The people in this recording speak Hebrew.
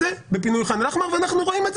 באי-פינוי חאן אל-אחמר ואנחנו רואים את